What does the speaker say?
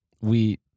we-